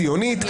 ציונית,